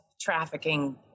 trafficking